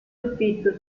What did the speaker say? soffitto